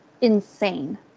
insane